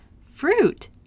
fruit